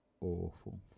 awful